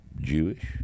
Jewish